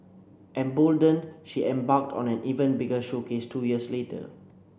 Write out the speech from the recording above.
emboldened she embarked on an even bigger showcase two years later